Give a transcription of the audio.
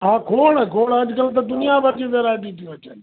हा खोड़ खोड़ अॼु कल्ह त दुनिया भर जी वैरायटियूं थी अचनि